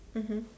mmhmm